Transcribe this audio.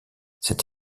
cette